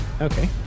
Okay